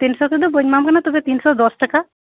ᱛᱤᱱᱥᱚ ᱫᱚ ᱵᱟᱹᱧ ᱮᱢᱟᱢ ᱠᱟᱱᱟ ᱛᱟᱦᱞᱮ ᱛᱤᱱᱥᱚ ᱫᱚᱥ ᱴᱟᱠᱟ